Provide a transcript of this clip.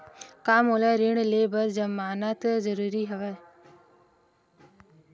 का मोला ऋण ले बर जमानत जरूरी हवय?